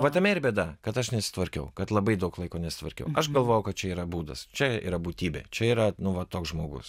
va tame ir bėda kad aš nesitvarkiau kad labai daug laiko nesitvarkiau aš galvojau kad čia yra būdas čia yra būtybė čia yra nu va toks žmogus